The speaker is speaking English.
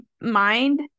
mind